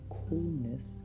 coolness